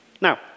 Now